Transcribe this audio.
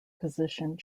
position